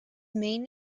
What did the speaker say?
main